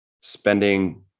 spending